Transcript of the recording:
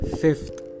fifth